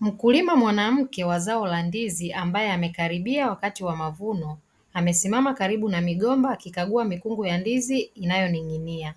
Mkulima mwanamke wa zao la ndizi ambaye amekaribia wakati wa mavuno; amesimama karibu na migomba, akikagua mikungu ya ndizi inayoning'inia.